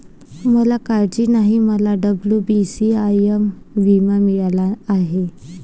मला काळजी नाही, मला डब्ल्यू.बी.सी.आय.एस विमा मिळाला आहे